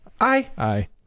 Aye